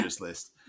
list